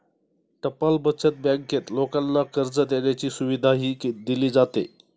टपाल बचत बँकेत लोकांना कर्ज देण्याची सुविधाही दिली जाते